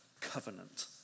covenant